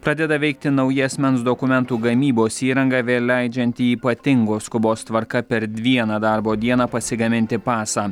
pradeda veikti nauja asmens dokumentų gamybos įrangą vėl leidžianti ypatingos skubos tvarka per vieną darbo dieną pasigaminti pasą